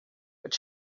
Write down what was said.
but